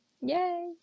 Yay